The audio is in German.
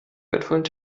wertvollen